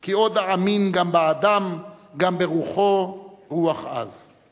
/ כי עוד אאמין גם באדם, / גם ברוחו, רוח עז";